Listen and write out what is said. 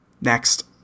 Next